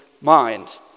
mind